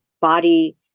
body